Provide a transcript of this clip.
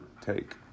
take